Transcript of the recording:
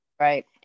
Right